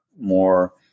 more